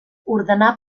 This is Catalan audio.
ordenà